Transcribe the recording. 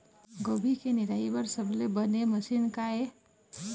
गोभी के निराई बर सबले बने मशीन का ये?